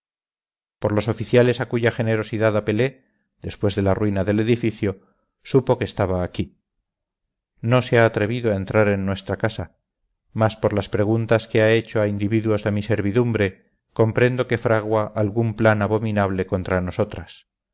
por los oficiales a cuya generosidad apelé después de la ruina del edificio supo que estaba aquí no se ha atrevido a entrar en nuestra casa mas por las preguntas que ha hecho a individuos de mi servidumbre comprendo que fragua algún plan abominable contra nosotras